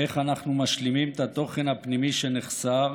איך אנחנו משלימים את התוכן הפנימי שנחסר